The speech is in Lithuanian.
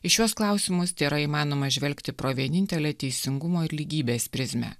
į šiuos klausimus tėra įmanoma žvelgti pro vienintelę teisingumo ir lygybės prizmę